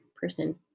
person